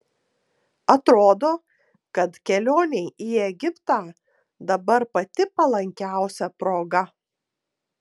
atrodo kad kelionei į egiptą dabar pati palankiausia proga